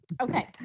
Okay